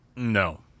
No